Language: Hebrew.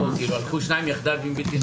הילכו שניים יחדיו בלתי אם נועדו?